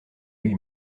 lui